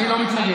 אני לא מתנגד.